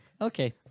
Okay